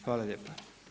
Hvala lijepa.